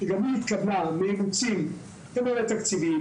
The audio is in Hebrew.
גם היא התקבלה מאילוצים כנראה תקציביים,